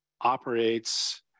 operates